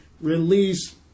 release